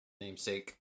namesake